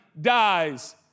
dies